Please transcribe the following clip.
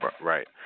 Right